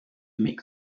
make